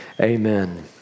Amen